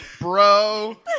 bro